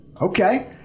Okay